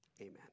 Amen